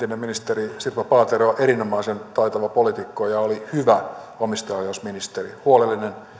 entinen ministeri sirpa paatero on erinomaisen taitava poliitikko ja oli hyvä omistajaohjausministeri huolellinen taitava